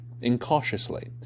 incautiously